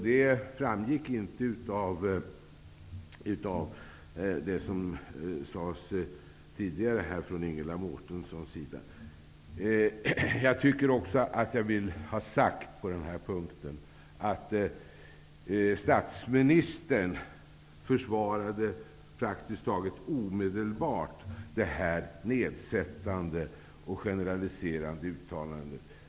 Det framgick inte av Ingela Mårtenssons anförande. Jag vill även ha sagt att statsministern praktiskt taget omedelbart försvarade detta generaliserande och nedsättande uttalande.